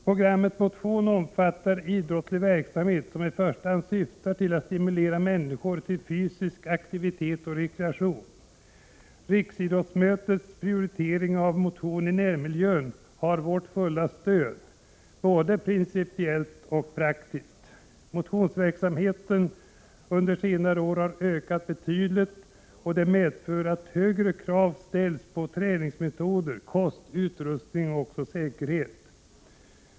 Programmet Motion omfattar idrottslig verksamhet som i första hand syftar till att stimulera människor till fysisk aktivitet och rekreation. Riksidrottsmötets prioritering av motion i närmiljön har vårt fulla stöd, både principiellt och praktiskt. Motionsverksamheten under senare år har ökat betydligt, och detta medför att högre krav ställs på träningsmetoder, kost, utrustning och säkerhet.